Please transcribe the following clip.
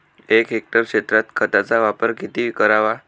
एक हेक्टर क्षेत्रात खताचा वापर किती करावा?